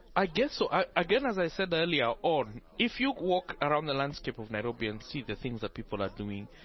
i guess so. again, as i said earlier on, if you walk around the landscape of nairobi and see the things that people are doing,